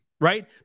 Right